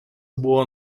buvo